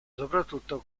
soprattutto